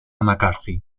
mccarthy